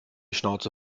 schnauze